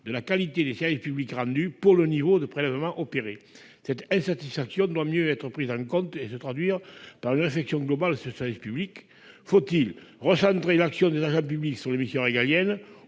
à la qualité des services publics rendus au regard du niveau des prélèvements opérés. Cette insatisfaction doit mieux être prise en compte et se traduire par une réflexion globale sur le service public. Faut-il plutôt recentrer l'action des agents publics sur les missions régaliennes